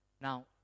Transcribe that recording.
Now